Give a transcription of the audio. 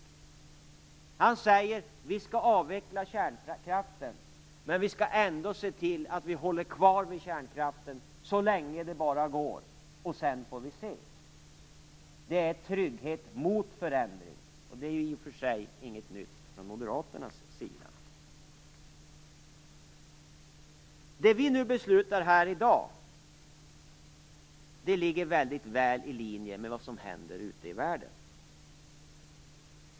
Mikael Odenberg säger att kärnkraften skall avvecklas, men vi skall ändå se till att vi håller oss kvar vid kärnkraften så länge som det bara går, och sedan får vi se. Det är trygghet mot förändring, och det är i och för sig inget nytt från moderaternas sida. Det som vi beslutar här i dag ligger väldigt väl i linje med det som händer ute i världen.